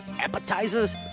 appetizers